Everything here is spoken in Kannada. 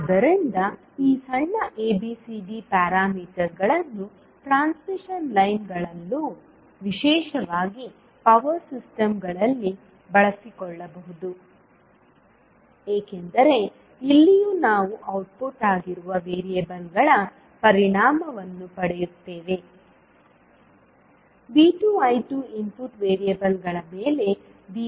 ಆದ್ದರಿಂದ ಈ ಸಣ್ಣ abcd ಪ್ಯಾರಾಮೀಟರ್ಗಳನ್ನು ಟ್ರಾನ್ಸ್ಮಿಷನ್ ಲೈನ್ಗಳಲ್ಲೂ ವಿಶೇಷವಾಗಿ ಪವರ್ ಸಿಸ್ಟಮ್ಗಳಲ್ಲಿ ಬಳಸಿಕೊಳ್ಳಬಹುದು ಏಕೆಂದರೆ ಇಲ್ಲಿಯೂ ನಾವು ಔಟ್ಪುಟ್ ಆಗಿರುವ ವೇರಿಯೇಬಲ್ಗಳ ಪರಿಣಾಮವನ್ನು ಪಡೆಯುತ್ತೇವೆ V2 I2 ಇನ್ಪುಟ್ ವೇರಿಯೇಬಲ್ಗಳ ಮೇಲೆ V1 I1